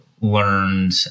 learned